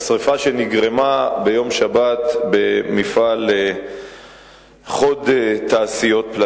השרפה שנגרמה ביום שבת במפעל "חוד תעשיות".